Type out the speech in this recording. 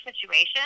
situation